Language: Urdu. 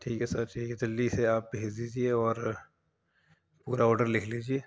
ٹھیک ہے سر ٹھیک ہے جلدی سے آپ بھیج دیجیے اور پورا اوڈر لکھ لیجیے